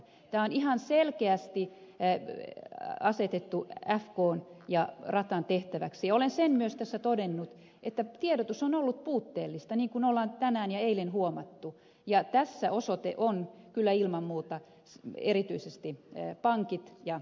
tämä on ihan selkeästi asetettu fkn ja ratan tehtäväksi ja olen sen myös tässä todennut että tiedotus on ollut puutteellista niin kuin on tänään ja eilen huomattu ja tässä osoite on kyllä ilman muuta erityisesti pankit ja fk